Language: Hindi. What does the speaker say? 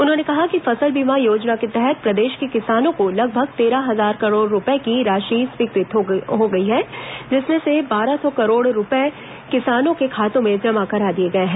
उन्होंने कहा कि फसल बीमा योजना के तहत प्रदेश के किसानों को लगभग तेरह हजार करोड़ रूपये की राशि स्वीकृत हो गई है जिसमें से बारह सौ करोड़ रूपये किसानों के खातों में जमा करा दिए गए हैं